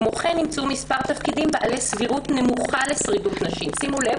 כמו כן נמצאו מספר תפקידים בעלי סבירות נמוכה לשרידות נשים." שימו לב,